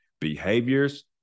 behaviors